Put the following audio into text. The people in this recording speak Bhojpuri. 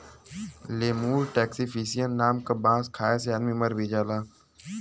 लेमुर टैक्सीफिलिन नाम क बांस खाये से आदमी मर भी जाला